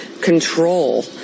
control